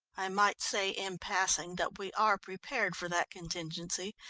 i might say in passing that we are prepared for that contingency,